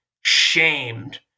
shamed